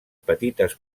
petites